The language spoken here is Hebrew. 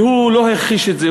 והוא לא הכחיש את זה.